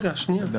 רגע, שנייה.